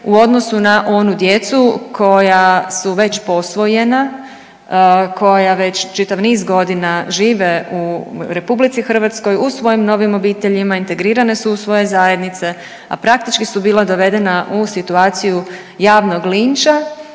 u odnosu na onu djecu koja su već posvojena, koja već čitav niz godina žive u RH u svojim novim obiteljima, integrirana su u svoje zajednice, a praktički su bila dovedena u situaciju javnog linča